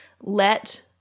let